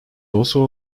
also